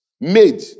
made